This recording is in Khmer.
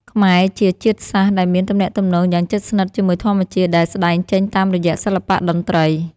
ខ្មែរជាជាតិសាសន៍ដែលមានទំនាក់ទំនងយ៉ាងជិតស្និទ្ធជាមួយធម្មជាតិ ដែលស្ដែងចេញតាមរយៈសិល្បៈតន្ត្រី។